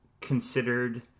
considered